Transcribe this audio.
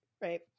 right